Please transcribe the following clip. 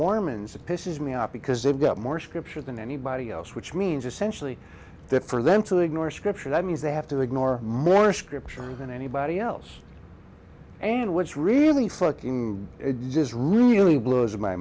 mormons that pisses me off because they've got more scripture than anybody else which means essentially that for them to ignore scripture that means they have to ignore more scripture than anybody else and what's really fucking just really blows my